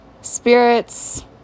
spirits